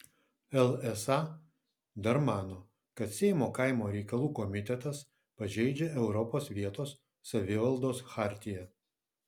lsa dar mano kad seimo kaimo reikalų komitetas pažeidžia europos vietos savivaldos chartiją